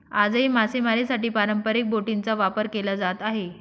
आजही मासेमारीसाठी पारंपरिक बोटींचा वापर केला जात आहे